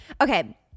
okay